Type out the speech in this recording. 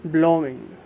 Blowing